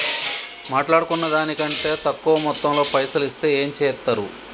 మాట్లాడుకున్న దాని కంటే తక్కువ మొత్తంలో పైసలు ఇస్తే ఏం చేత్తరు?